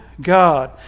God